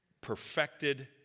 perfected